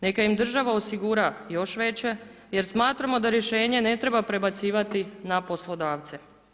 Neka im država osigura još veće jer smatramo da rješenje ne treba prebacivati na poslodavce.